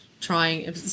trying